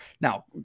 now